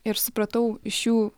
ir supratau iš jų